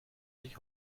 sich